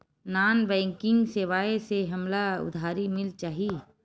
Non banking सेवाएं से हमला उधारी मिल जाहि?